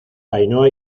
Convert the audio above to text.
ainhoa